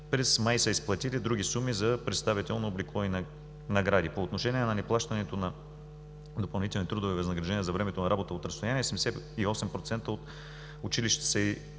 през май са изплатили други суми за представително облекло и награди. По отношение на неплащането на допълнителни трудови възнаграждения за времето на работа от разстояние, 78% от училищата